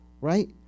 right